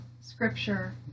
scripture